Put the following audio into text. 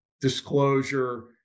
disclosure